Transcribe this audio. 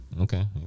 Okay